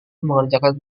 mengerjakan